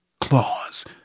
claws